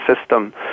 system